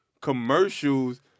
commercials